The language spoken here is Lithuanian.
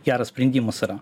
geras sprendimas yra